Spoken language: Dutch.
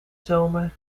zomer